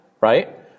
right